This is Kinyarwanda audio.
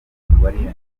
wariyongereye